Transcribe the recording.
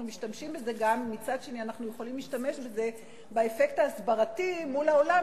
שמצד שני אנחנו יכולים להשתמש בזה באפקט ההסברתי מול העולם,